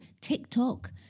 TikTok